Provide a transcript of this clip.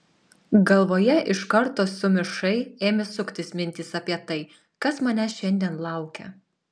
galvoje iš karto sumišai ėmė suktis mintys apie tai kas manęs šiandien laukia